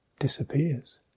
disappears